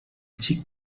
xic